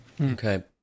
Okay